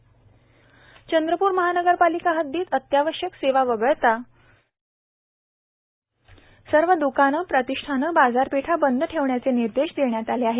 चंद्रप्र मनपा चंद्रपूर महानगरपालिका हद्दीत अत्यावश्यक सेवा वगळता सर्व द्काने प्रतिष्ठाने बाजारपेठा बंद ठेवण्याचे निर्देश देण्यात आले आहे